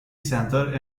centre